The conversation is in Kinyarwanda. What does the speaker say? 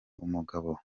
umugabo